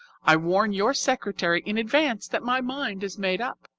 i warn your secretary in advance that my mind is made up.